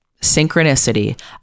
synchronicity